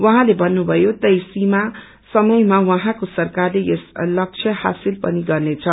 उहाँले भन्नुभयो तय सीमा समयमा उहाँको सरकारले यस लक्षय हासिल पनि गर्नेछ